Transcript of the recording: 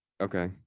Okay